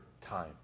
time